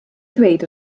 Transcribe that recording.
ddweud